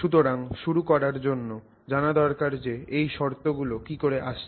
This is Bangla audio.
সুতরাং শুরু করার জন্য জানা দরকার যে এই শর্ত গুলো কিকরে আসছে